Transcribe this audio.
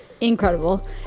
Incredible